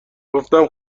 گفتم